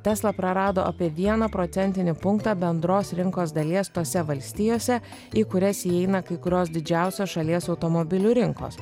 tesla prarado apie vieną procentinį punktą bendros rinkos dalies tose valstijose į kurias įeina kai kurios didžiausios šalies automobilių rinkos